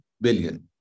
billion